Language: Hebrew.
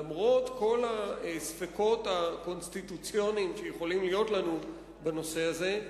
למרות כל הספקות הקונסטיטוציוניים שיכולים להיות לנו בנושא הזה,